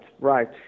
right